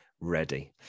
ready